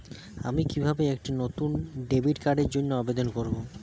আমি কিভাবে একটি নতুন ডেবিট কার্ডের জন্য আবেদন করব?